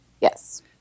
Yes